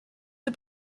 the